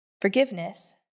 Forgiveness